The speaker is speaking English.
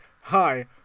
hi